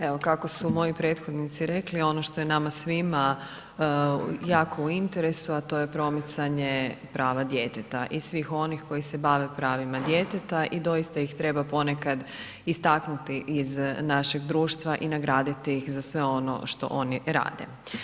Evo kako su moji prethodnici rekli, ono što je nama svima jako u interesu a to je promicanje prava djeteta i svih onih koji se bave pravima djeteta i doista ih treba ponekad istaknuti iz našeg društva i nagraditi ih za sve ono što oni rade.